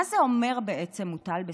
מה זה אומר, בעצם, "מוטל בספק"?